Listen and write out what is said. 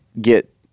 get